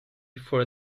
for